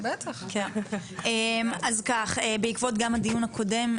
אז כך: בעקבות הדיון הקודם,